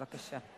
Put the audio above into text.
בבקשה.